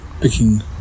picking